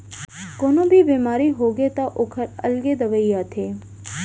कोनो भी बेमारी होगे त ओखर अलगे दवई आथे